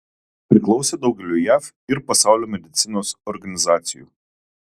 priklausė daugeliui jav ir pasaulio medicinos organizacijų